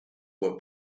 were